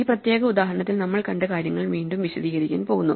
ഈ പ്രത്യേക ഉദാഹരണത്തിൽ നമ്മൾ കണ്ടകാര്യങ്ങൾ വീണ്ടും വിശദീകരിക്കാൻ പോകുന്നു